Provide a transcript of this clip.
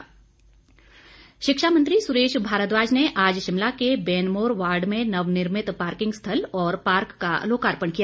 सुरेश भारद्वाज शिक्षा मंत्री सुरेश भारद्वाज ने आज शिमला के बेनमोर वॉर्ड में नवनिर्मित पार्किंग स्थल और पार्क का लोकार्पण किया